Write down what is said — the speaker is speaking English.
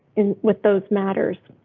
and with those matters.